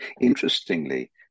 interestingly